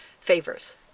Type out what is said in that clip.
favors